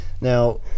Now